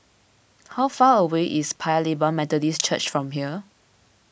how far away is Paya Lebar Methodist Church from here